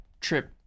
Trip